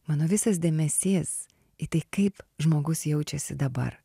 mano visas dėmesys į tai kaip žmogus jaučiasi dabar